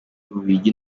bubiligi